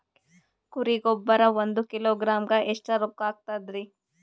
ಕುರಿ ಗೊಬ್ಬರ ಒಂದು ಕಿಲೋಗ್ರಾಂ ಗ ಎಷ್ಟ ರೂಕ್ಕಾಗ್ತದ?